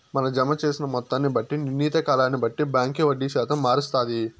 మన జమ జేసిన మొత్తాన్ని బట్టి, నిర్ణీత కాలాన్ని బట్టి బాంకీ వడ్డీ శాతం మారస్తాది